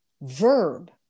verb